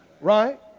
Right